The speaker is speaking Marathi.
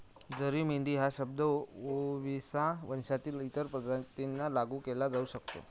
जरी मेंढी हा शब्द ओविसा वंशातील इतर प्रजातींना लागू केला जाऊ शकतो